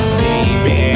baby